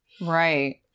Right